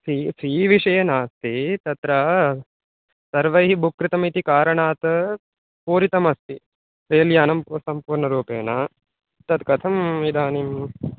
फ़ि fee विषये नास्ति तत्र सर्वैः बुक् कृतमिति कारणात् पूरितमस्ति रैल् यानं पू सम्पूर्णरूपेण तत् कथम् इदानीम्